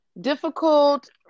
difficult